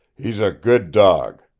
he's a good dog,